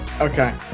okay